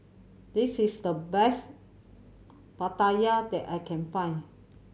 this is the best pattaya that I can find